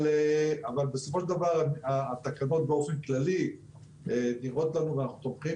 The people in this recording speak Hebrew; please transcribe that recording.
אבל בסופו של דבר התקנות באופן כללי נראות לנו ואנחנו תומכים